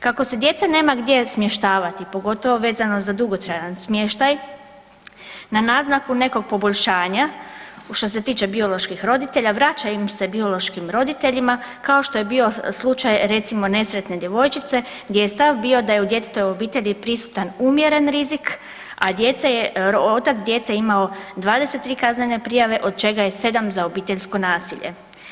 Kako se djecu nema gdje smještavati pogotovo vezano za dugotrajan smještaj na naznaku nekog poboljšanja što se tiče bioloških roditelja vraća ih se biološkim roditeljima kao što je bio slučaj recimo nesretne djevojčice gdje je stav bio da je u djetetovoj obitelji prisutan umjeren rizik, a otac djece imao 23 kaznene prijave od čega je 7 za obiteljsko nasilje.